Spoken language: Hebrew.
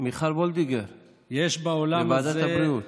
מיכל וולדיגר לוועדת הבריאות.